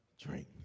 drink